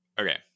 Okay